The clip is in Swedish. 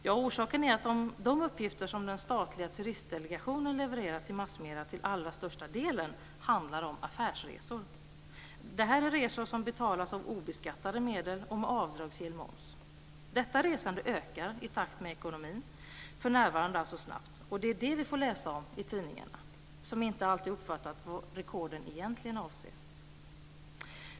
Orsaken är att de uppgifter som den statliga turistdelegationen levererar till massmedierna till allra största delen handlar om affärsresor. Det är resor som betalas av obeskattade medel och med avdragsgill moms. Detta resande ökar i takt med ekonomin. För närvarande ökar det alltså snabbt. Det är det vi får läsa om i tidningarna - som inte alltid uppfattat vad rekorden egentligen avser.